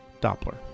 Doppler